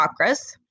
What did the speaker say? chakras